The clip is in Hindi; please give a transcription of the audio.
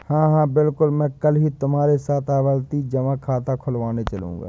हां हां बिल्कुल मैं कल ही तुम्हारे साथ आवर्ती जमा खाता खुलवाने चलूंगा